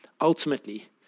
Ultimately